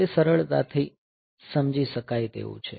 તે સરળતાથી સમજી શકાય તેવું છે